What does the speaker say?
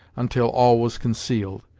until all was concealed.